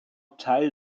teil